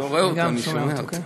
אני שומע אותו, גם אני שומע אותו.